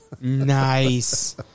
Nice